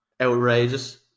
Outrageous